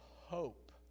hope